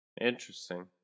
Interesting